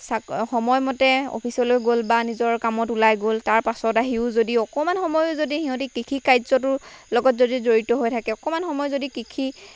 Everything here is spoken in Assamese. চা সময়মতে অফিচলৈ গ'ল বা নিজৰ কামত ওলাই গ'ল তাৰ পাছত আহিও যদি অকমান সময়ো যদি সিহঁতি কৃষি কাৰ্যটো লগত যদি জড়িত হৈ থাকে অকমান সময় যদি কৃষি